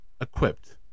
equipped